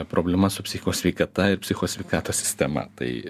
problema su psichikos sveikata ir psichikos sveikatos sistema tai